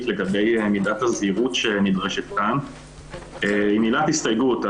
לגבי מידת הזהירות שנדרשת כאן עם מילת הסתייגות.